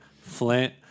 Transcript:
Flint